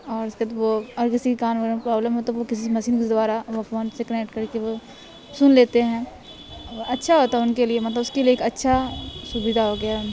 اور اس کے وہ اور کسی کان وغیر میں پرابلم ہو تو وہ کسی مسین کے دوارا وہ فون سے کنیکٹ کر کے وہ سن لیتے ہیں اچھا ہوتا ان کے لیے مطلب اس کے لیے ایک اچھا سویدھا ہو گیا